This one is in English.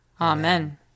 Amen